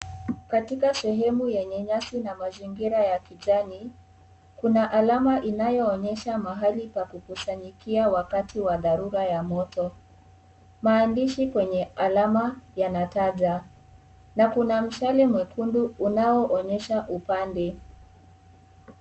Katika sehemu yenye nyasi na mazingira ya kijani, kuna alama inayoonyesha mahali pa kukusanyikia wakati wa dharura ya moto. Maandishi kwenye alama yanataja, na kuna mshale mwekundu unaoonyesha upande.